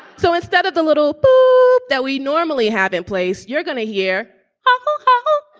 so instead of the little that we normally have in place, you're gonna hear but